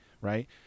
right